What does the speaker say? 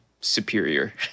superior